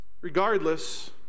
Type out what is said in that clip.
Regardless